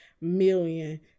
million